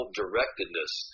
directedness